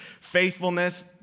faithfulness